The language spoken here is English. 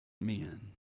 men